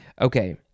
Okay